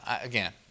again